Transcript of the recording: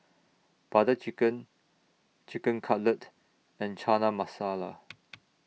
Butter Chicken Chicken Cutlet and Chana Masala